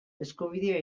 eskubidea